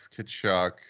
Kachuk